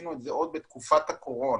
עוד בתקופת הקורונה,